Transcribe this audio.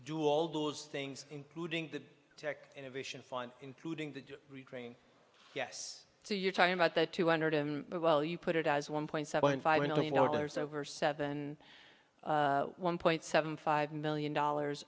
do all those things including the tech innovation fund including the green yes so you're talking about the two hundred well you put it as one point seven five million dollars over seven one point seven five million dollars